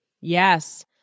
Yes